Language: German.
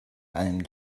einem